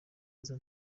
neza